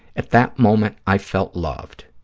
at that moment, i felt loved.